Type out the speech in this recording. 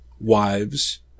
wives